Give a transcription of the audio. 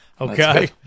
Okay